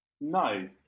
no